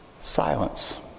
Silence